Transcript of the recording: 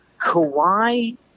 Kawhi